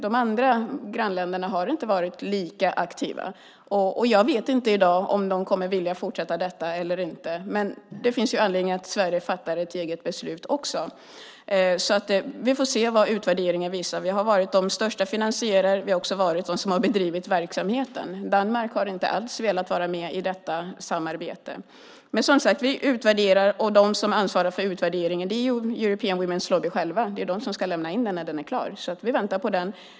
De andra grannländerna har inte varit lika aktiva. Jag vet inte i dag om de kommer att vilja fortsätta detta eller inte. Det finns anledning att Sverige fattar ett eget beslut. Vi får se vad utvärderingen visar. Vi har varit den största finansiären, och vi har också bedrivit verksamheten. Danmark har inte alls velat vara med i detta samarbete. Vi utvärderar detta, och de som ansvarar för utvärderingen är European Women's Lobby själva. De ska lämna in den när den är klar, och vi väntar på den.